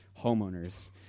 homeowners